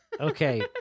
Okay